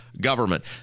government